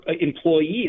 employees